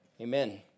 Amen